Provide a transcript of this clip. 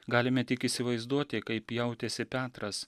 galime tik įsivaizduoti kaip jautėsi petras